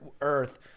earth